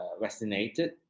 vaccinated